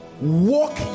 walk